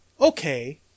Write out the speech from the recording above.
Okay